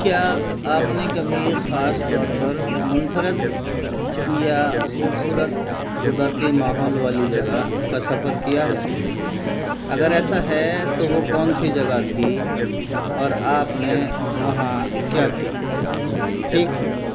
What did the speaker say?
کیا آپ نے کبھی خاص طور پر منفرد یا خوبصورت قدرتی ماحول والی جگہ کا سفر کیا ہے اگر ایسا ہے تو وہ کون سی جگہ تھی اور آپ نے وہاں کیا کیا ٹھیک